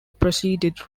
proceeded